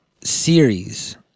series